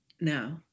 No